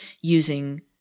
using